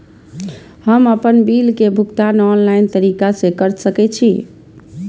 हम आपन बिल के भुगतान ऑनलाइन तरीका से कर सके छी?